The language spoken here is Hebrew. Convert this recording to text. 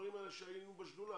מהדברים האלה שהיינו בשדולה